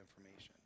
information